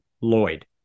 Lloyd